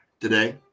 today